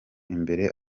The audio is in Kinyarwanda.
imbere